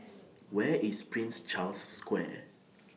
Where IS Prince Charles Square